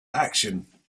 action